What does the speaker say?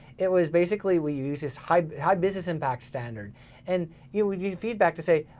it was basically we use this high high business impact standard and you would use feedback to say,